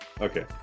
Okay